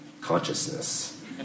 consciousness